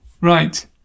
Right